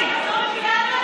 את לא, את לא מבינה בכלל.